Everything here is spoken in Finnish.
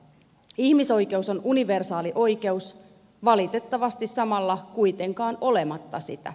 ihmisoikeus on universaali oikeus valitettavasti samalla kuitenkaan olematta sitä